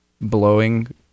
blowing